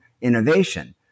innovation